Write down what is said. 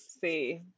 see